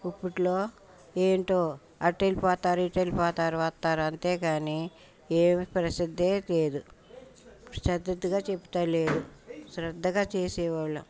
ఇప్పట్లో ఏమిటో అటు వెళ్ళిపోతారు ఇటు వెళ్ళిపోతారు వస్తారు అంతే కానీ ఏమి ప్రసిద్ధే కాదు శ్రద్దగా చెప్పడంలేదు శ్రద్దగా చేసేవాళ్ళము